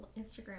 Instagram